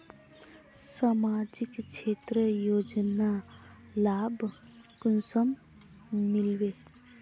सामाजिक क्षेत्र योजनार लाभ कुंसम मिलबे?